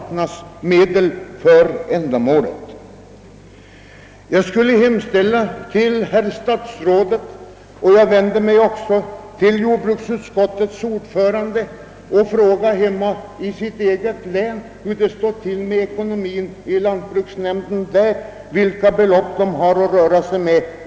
Jag skulle vilja hemställa att herr statsrådet — och jag riktar denna hemställan även till jordbruksutskottets ordförande — att fråga lantbruksnämnden i deras eget län vilka belopp den har att röra sig med.